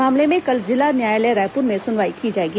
इस मामले में कल जिला न्यायालय रायपुर में सुनवाई की जाएगी